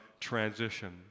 Transition